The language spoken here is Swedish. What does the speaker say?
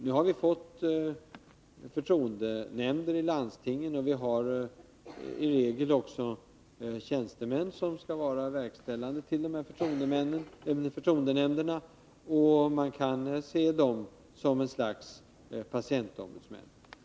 Nu har vi fått förtroendenämnder i landstingen, och vi har i regel också tjänstemän som skall vara verkställande i förtroendenämnderna. Man kan se dem som ett slags patientombudsmän.